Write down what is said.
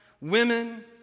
women